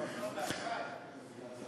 באשראי.